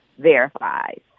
verifies